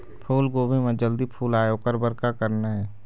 फूलगोभी म जल्दी फूल आय ओकर बर का करना ये?